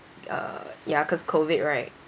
uh ya cause COVID right